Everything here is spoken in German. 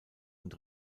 und